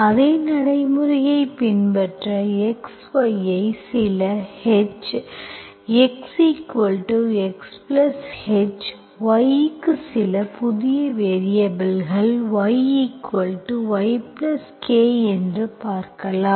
அதே நடைமுறையைப் பின்பற்ற x y ஐ சில H xXh y க்கு சில புதிய வேரியபல்கள் yYk என்று பார்க்கலாம்